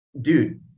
dude